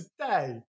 today